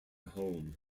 home